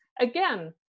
again